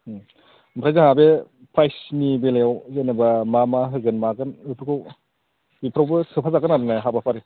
ओमफ्राय जाहा बे प्राइजनि बेलायाव जेनेबा मा मा होगोन मागोन इफोरखौ इफोरावबो सोफाजागोन आरो ने हाबाफारि